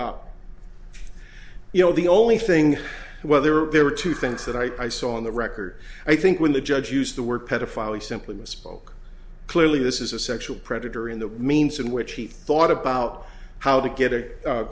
up you know the only thing well there are two things that i saw on the record i think when the judge used the word pedophile he simply misspoke clearly this is a sexual predator in the means in which he thought about how to get a